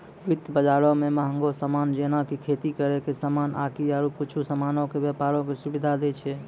वित्त बजारो मे मंहगो समान जेना कि खेती करै के समान आकि आरु कुछु समानो के व्यपारो के सुविधा दै छै